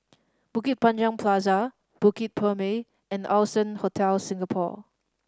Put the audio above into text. Bukit Panjang Plaza Bukit Purmei and Allson Hotel Singapore